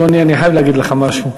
אני חייב להגיד לך משהו.